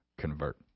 convert